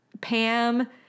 Pam